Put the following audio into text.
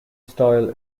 style